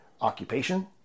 occupation